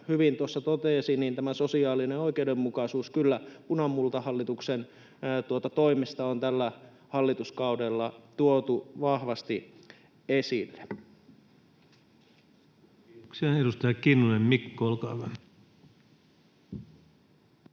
hyvin tuossa totesi, tämä sosiaalinen oikeudenmukaisuus kyllä punamultahallituksen toimesta on tällä hallituskaudella tuotu vahvasti esille. Kiitoksia. — Edustaja Kinnunen, Mikko, olkaa hyvä.